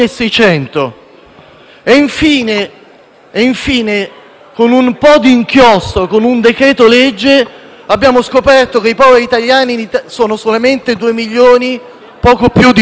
e, infine, con un po' di inchiostro, con un decreto-legge, abbiamo scoperto che i poveri italiani sono poco più di 2 milioni.